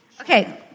Okay